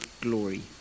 glory